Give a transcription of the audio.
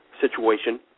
situation